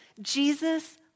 Jesus